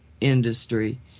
industry